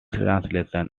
translation